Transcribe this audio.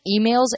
emails